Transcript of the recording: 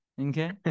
Okay